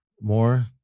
more